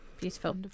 Beautiful